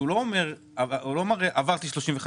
הוא לא מראה שהוא עבר 35 אחוזים.